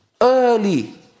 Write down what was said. early